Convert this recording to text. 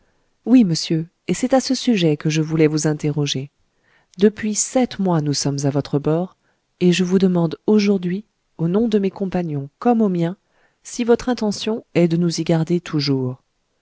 oui monsieur et c'est à ce sujet que je voulais vous interroger depuis sept mois nous sommes à votre bord et je vous demande aujourd'hui au nom de mes compagnons comme au mien si votre intention est de nous y garder toujours